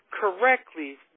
correctly